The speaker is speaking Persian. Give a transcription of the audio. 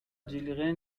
جلیقه